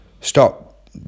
Stop